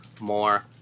more